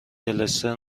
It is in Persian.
دلستر